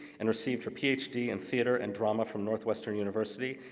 and received her ph d. in theater and drama from northwestern university,